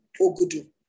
Ogudu